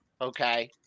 Okay